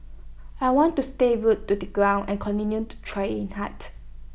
I want to stay rooted to the ground and continue to train hard